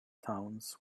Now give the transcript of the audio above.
towns